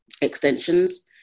extensions